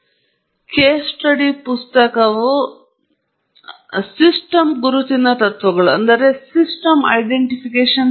ಆದ್ದರಿಂದ ಸಾಮಾನ್ಯ ಮಾರ್ಗದರ್ಶಿ ದೋಷಗಳು 1 ಓವರ್ ರೂಟ್ n ನ ಕ್ರಿಯೆಯಂತೆ ಕೆಳಗೆ ಬೀಳುತ್ತವೆ ಅಲ್ಲಿ ನೀವು ಸರಿಯಾದ ಅಂದಾಜು ಕ್ರಮಾವಳಿಗಳನ್ನು ಆರಿಸಿದಲ್ಲಿ N ನಾವು ಸಂಗ್ರಹಿಸುವ ಡೇಟಾ ಅಂಶಗಳ ಸಂಖ್ಯೆ